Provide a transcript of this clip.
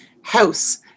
house